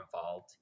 involved